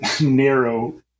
narrow